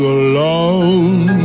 alone